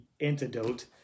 antidote